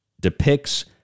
depicts